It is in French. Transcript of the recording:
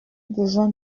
besoin